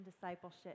discipleship